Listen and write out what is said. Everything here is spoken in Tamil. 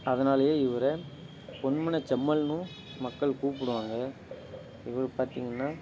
அதனாலையே இவர பொன்மன செம்மல்னும் மக்கள் கூப்பிடுவாங்க இவர் பார்த்திங்கன்னா